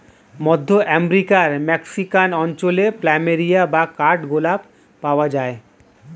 মধ্য আমেরিকার মেক্সিকান অঞ্চলে প্ল্যামেরিয়া বা কাঠ গোলাপ পাওয়া যায়